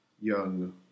young